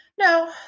No